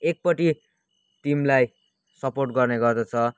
एकपट्टि टिमलाई सपोर्ट गर्ने गर्दछ